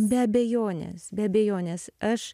be abejonės be abejonės aš